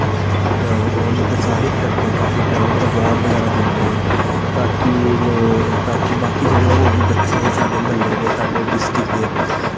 उनां नूं प्रोत्साहित करदे ऐं काफी उनां नूं आवार्ड़ बगैरा दिंदे ऐं ताकि लोग ताकि बाकी जेह्ड़े होर बी बच्चे ऐ साढ़े म्ह्ल्ले दे साढ़े डिस्टिक दे